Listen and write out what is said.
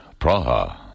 Praha